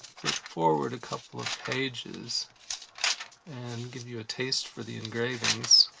forward a couple of pages and give you a taste for the engravings.